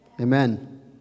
amen